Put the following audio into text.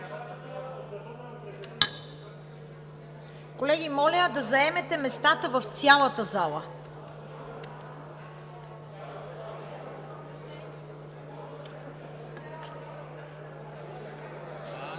Колеги, моля да заемете местата в цялата зала.